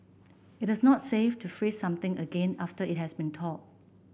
it is not safe to freeze something again after it has thawed